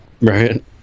Right